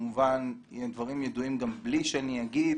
וכמובן הדברים ידועים גם בלי שאני אגיד